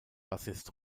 bassist